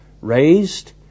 raised